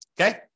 Okay